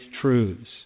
truths